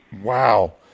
Wow